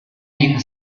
being